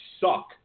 suck